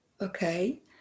okay